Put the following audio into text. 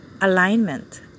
alignment